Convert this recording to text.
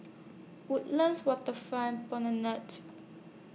Woodlands Waterfront Promenade